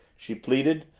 she pleaded.